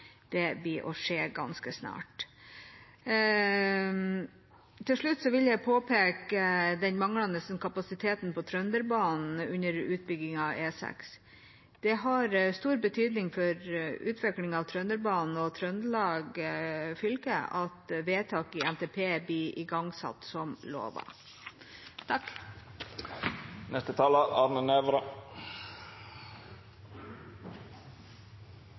håper det vil skje ganske snart. Til slutt vil jeg påpeke den manglende kapasiteten på Trønderbanen under utbyggingen av E6. Det har stor betydning for utviklingen av Trønderbanen og Trøndelag fylke at vedtak i NTP blir igangsatt som lovet. SV vil nok en gang poengtere at målet for transportplanleggingen i